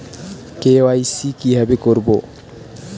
KYC কিভাবে করব?